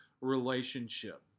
relationship